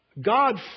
God